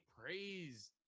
praise